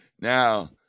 Now